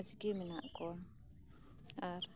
ᱢᱚᱸᱡᱽ ᱜᱮ ᱢᱮᱱᱟᱜ ᱠᱚᱣᱟ ᱟᱨ